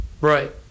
Right